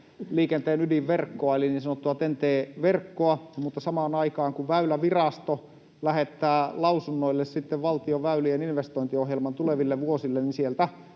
liikenteen ydinverkkoa eli niin sanottua TEN-T-verkkoa, niin samaan aikaan, kun Väylävirasto lähettää lausunnoille sitten valtion väylien investointiohjelman tuleville vuosille, sieltä